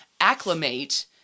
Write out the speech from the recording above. Acclimate